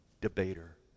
debater